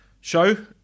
Show